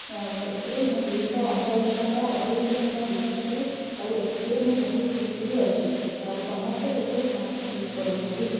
ଏଥିରେ ମୁଁ ଦୁଇଶହ ଅଣଚାଳିଶ ଟଙ୍କା ଅଠେଇଶ ଦିନ ପାଇଁ ରିଚାର୍ଜ୍ କରେ ଆଉ ଏତିକିରେ ମୁଁ ବହୁତ ଖୁସି ବି ଅଛି ଆଉ ସମସ୍ତେ ଏବେ ସ୍ମାର୍ଟ୍ ଫୋନ୍ ୟୁଜ୍ କରୁଛନ୍ତି